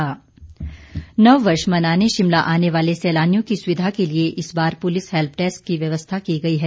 help desk नववर्ष मनाने शिमला आने वाले सैलानियों की सुविधा के लिए इस बार पुलिस हैल्प डैस्क की व्यवस्था की गई है